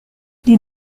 les